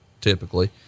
typically